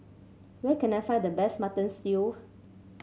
where can I find the best Mutton Stew